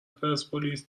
پرسپولیس